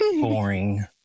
Boring